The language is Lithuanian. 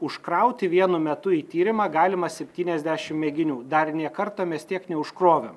užkrauti vienu metu į tyrimą galima septyniasdešim mėginių dar nė karto mes tiek neužkrovėm